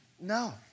no